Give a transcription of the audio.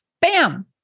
Bam